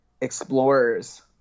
explorers